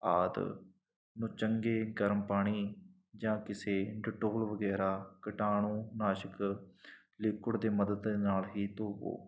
ਆਦਿ ਨੂੰ ਚੰਗੇ ਗਰਮ ਪਾਣੀ ਜਾਂ ਕਿਸੇ ਡਟੋਲ ਵਗੈਰਾ ਕੀਟਾਣੂ ਨਾਸ਼ਕ ਲਿਕੁਅਡ ਦੇ ਮਦਦ ਨਾਲ ਹੀ ਧੋਵੋ